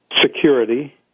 security